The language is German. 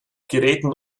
geräten